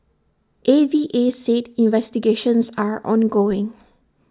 A V A said investigations are ongoing